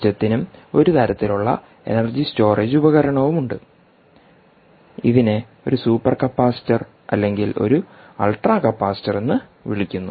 സിസ്റ്റത്തിനും ഒരു തരത്തിലുള്ള energy storage ഉപകരണവുമുണ്ട് ഇതിനെ ഒരു സൂപ്പർ കപ്പാസിറ്റർ അല്ലെങ്കിൽ ഒരു അൾട്രാ കപ്പാസിറ്റർ എന്ന് വിളിക്കുന്നു